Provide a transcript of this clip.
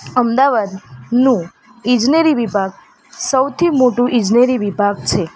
અમદાવાદનું ઇજનેરી વિભાગ સૌથી મોટું ઇજનેરી વિભાગ છે